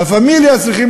"לה-פמיליה" צריכים